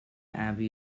abbey